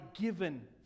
given